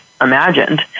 imagined